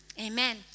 Amen